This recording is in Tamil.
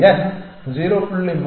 இந்த எண் 0